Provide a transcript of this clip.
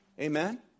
Amen